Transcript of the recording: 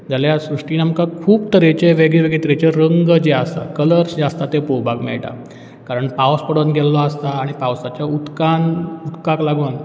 जाल्या श्रृश्टीन आमकां खूब तरेचे वेगळे वेगळे तरेचे रंग जे आसा कलर्ज जे आसता ते पळोवपाक मेळटा कारण पावस पडोन गेल्लो आसता आनी पावसाच्या उदकान उदकाक लागून